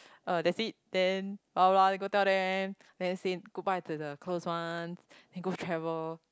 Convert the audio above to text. uh that's it then go tell them then say goodbye to the close ones then go travel